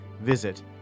Visit